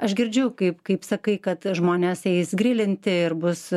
aš girdžiu kaip kaip sakai kad žmonės eis grilinti ir bus